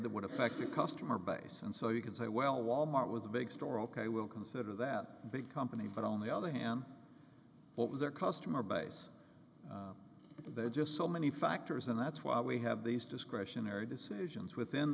that would affect your customer base and so you can say well wal mart with a big store ok will consider that a big company but on the other hand what was their customer base they're just so many factors and that's why we have these discretionary decisions within